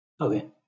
okay